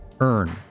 earn